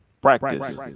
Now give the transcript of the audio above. practice